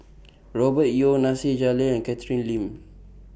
Robert Yeo Nasir Jalil and Catherine Lim